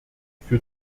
für